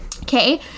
Okay